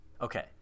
Okay